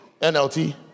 NLT